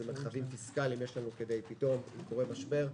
אילו מרחבים פיסקליים יש לנו כדי להתמודד אם פתאום קורה משבר.